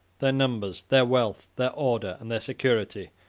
their numbers, their wealth, their order, and their security,